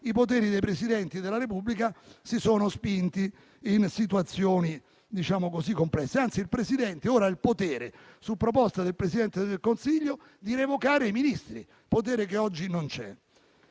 i poteri dei Presidenti della Repubblica si sono spinti in situazioni complesse. Anzi, il Presidente della Repubblica avrà il potere, su proposta del Presidente del Consiglio, di revocare i Ministri, potere che oggi non ha.